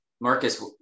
Marcus